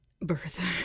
Bertha